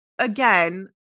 Again